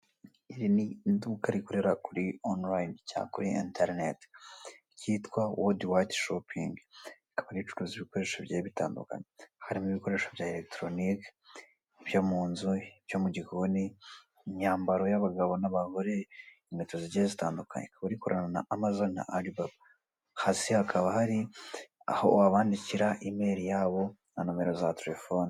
Iri ni idukaka rikorera kuri online cyangwa interinete ryitwa WORLDWIDE SHOPPING rikaba ricuruza ibikoresho bigiye bitandukanye harimo ibikoresho bya elegitoronike, ibyo mu nzu, ibyo mu gikoni, imyambaro y'abagabo n'abagore, inkweto zigiye zitandukanye rikaba rikorana AMAZON na ALIBABA, hasi hakaba hari aho wabandikira emeri yabo na nomero za telefone.